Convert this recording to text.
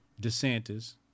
DeSantis